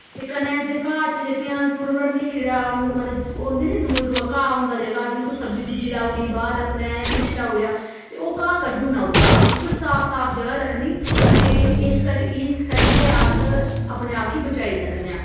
ते कन्नै घाऽ च जेह्कियां थोह्ड़ा थोह्ड़ा इ'यै कीड़ा मतलब ओ होंदे निं दूआ घाऽ होंदा जेह्का इ'यै कोई सब्जी सब्जी लाई ओड़ी बाह्र आपने जा किश लाई ओड़ेया ओ घाऽ कड्डू उड़ना उदरा बिलकुल साफ साफ जगह् रक्खनी ते इसकरी इस करियै अस अपने आप गी बचाई सकने आं